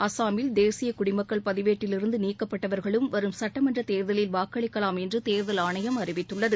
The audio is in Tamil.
அஸ்ஸாமில் தேசிய குடிமக்கள் பதிவேட்டிலிருந்து நீக்கப்பட்டவர்களும் வரும் சட்டமன்றத் தேர்தலில் வாக்களிக்கலாம் என்று தேர்தல் ஆணையம் அறிவித்துள்ளது